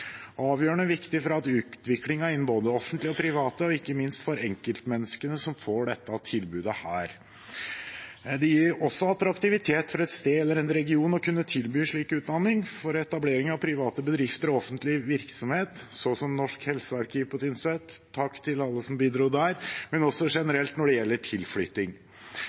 avgjørende viktig for utviklingen innen både det offentlige og det private, og ikke minst for enkeltmenneskene som får dette tilbudet. Det gir også attraktivitet for et sted eller en region å kunne tilby slik utdanning for etablering av private bedrifter og offentlig virksomhet, så som Norsk helsearkiv på Tynset – takk til alle som bidro der – men også generelt når det gjelder tilflytting.